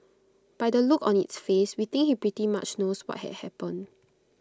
by the look on its face we think he pretty much knows what had happened